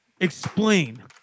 Explain